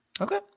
Okay